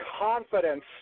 confidence